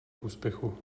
úspěchu